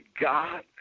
god